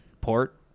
Port